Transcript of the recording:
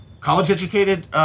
college-educated